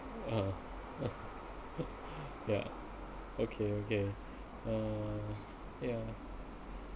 uh uh yeah okay okay uh yeah